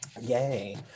Yay